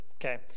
Okay